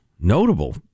Notable